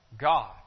God